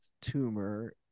tumor